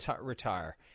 retire